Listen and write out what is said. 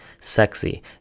Sexy